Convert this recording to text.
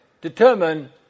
determine